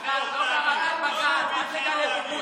לא קראת את בג"ץ, לא תמיד חייב להגיב.